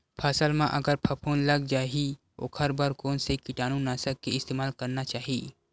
फसल म अगर फफूंद लग जा ही ओखर बर कोन से कीटानु नाशक के इस्तेमाल करना चाहि?